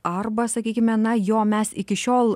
arba sakykime na jo mes iki šiol